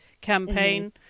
campaign